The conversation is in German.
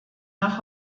nach